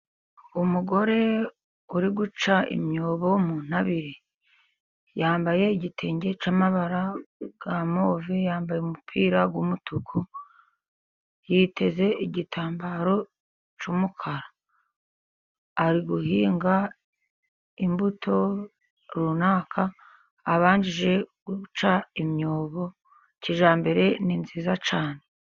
Umugore uri guca imyobo mu ntabire, yambaye igitenge cy’amabara ya move, yambaye umupira w’umutuku, yiteze igitambaro cy’umukara, ari guhinga imbuto runaka. Abanjije guca imyobo kijyambere ni nziza cyane.